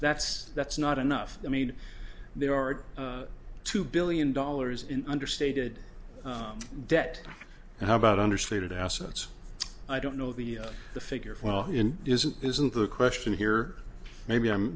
that's that's not enough i mean there are two billion dollars in understated debt how about understated assets i don't know the figure well in isn't isn't the question here maybe i'm